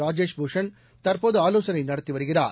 ராஜேஷ் பூஷன் தற்போது ஆலோசனை நடத்தி வருகிறார்